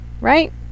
right